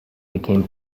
became